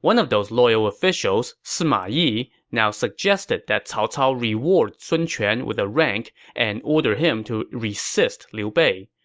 one of those loyal officials, sima yi, now suggested that cao cao reward sun quan with a rank and order him to resist liu bei.